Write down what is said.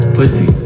Pussy